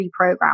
reprogram